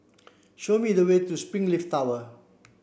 show me the way to Springleaf Tower